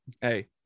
hey